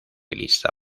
elisa